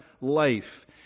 life